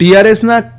ટીઆરએસના કે